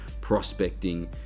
prospecting